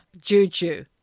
Juju